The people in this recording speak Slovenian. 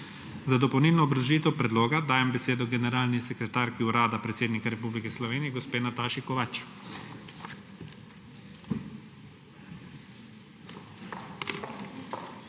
Za dopolnilno obrazložitev predloga dajem besedo generalni sekretarki Urada predsednika Republike Slovenije, gospe Nataši Kovač.